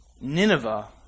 Nineveh